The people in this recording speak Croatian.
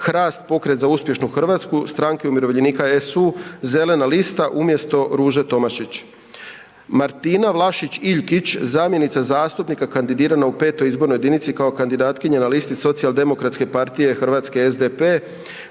HRAST, Pokret za uspješnu Hrvatsku, Stranke umirovljenika, SU, Zelena lista umjesto Ruže Tomašić. Martina Vlašić Iljkić, zamjenica zastupnika kandidirana u V. izbornoj jedinici kao kandidatkinja na listi Socijaldemokratske partije Hrvatske, SDP,